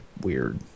weird